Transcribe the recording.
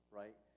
right